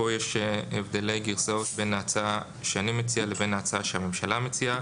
כאן יש הבדלי גרסאות בין ההצעה שאני מציע לבין ההצעה שהממשלה מציעה.